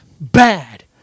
bad